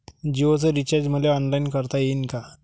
जीओच रिचार्ज मले ऑनलाईन करता येईन का?